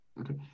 Okay